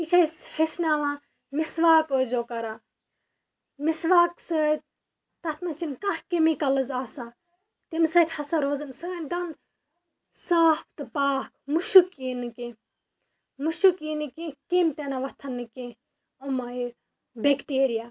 یہِ چھِ اَسہِ ہیٚچھناوان مِسواک ٲسۍزیو کران مِسواکہٕ سۭتۍ تَتھ منٛز چھِنہٕ کانٛہہ کیٚمِکَلٕز آسان تَمہِ سۭتۍ ہسا روزَن سٲنۍ دَنٛد صاف تہٕ پاک مُشُک یی نہٕ کیٚنہہ مُشُک یی نہٕ کیٚنہہ کیٚمۍ تِنہٕ وۄتھَن نہٕ کیٚنہہ أمَے بٮ۪کٹیریا